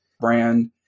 brand